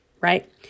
right